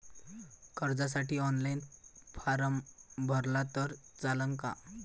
कर्जसाठी online form भरला तर चालन का?